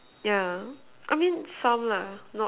yeah I mean some lah not